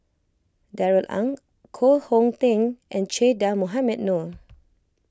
Darrell Ang Koh Hong Teng and Che Dah Mohamed Noor